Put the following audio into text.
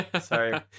sorry